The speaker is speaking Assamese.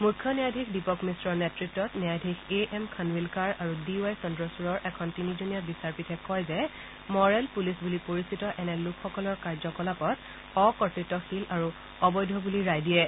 মুখ্য ন্যায়াধীশ দীপক মিশ্ৰৰ নেতৃত্ত ন্যায়াধীশ এ এম খানৱিলকাৰ আৰু ডি ৱাই চন্দ্ৰচূড়ৰ এখন তিনিজনীয়া বিচাৰপীঠে কয় যে মৰেল পুলিচ বুলি পৰিচিত এনে লোকসকলৰ কাৰ্যকলাপত অকৰ্ত্তশীল আৰু অবৈধ বুলি ৰায় দিয়ে